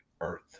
Earth